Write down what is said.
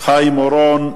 חיים אורון,